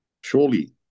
surely